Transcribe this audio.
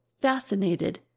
fascinated